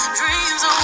dreams